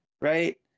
Right